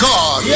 God